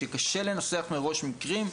שקשה לנסח מראש מקרים,